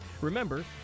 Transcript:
Remember